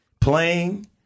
playing